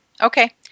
Okay